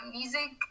music